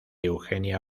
eugenia